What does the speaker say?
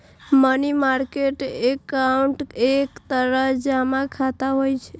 money market account एक तरह जमा खाता होइ छै